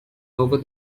over